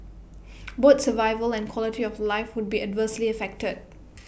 both survival and quality of life would be adversely affected